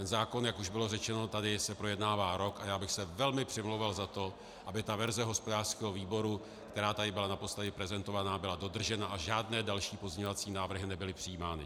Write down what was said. Ten zákon, jak už tady bylo řečeno, se projednává rok a já bych se velmi přimlouval za to, aby verze hospodářského výboru, která tady byla naposledy prezentovaná, byla dodržena a žádné další pozměňovací návrhy nebyly přijímány.